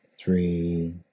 three